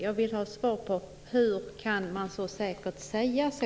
Jag vill ha svar på frågan: Hur kan man så säkert säga så?